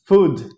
Food